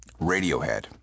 Radiohead